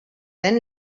then